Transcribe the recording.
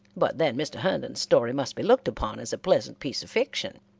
but then mr. herndon's story must be looked upon as a pleasant piece of fiction.